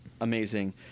Amazing